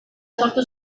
sortu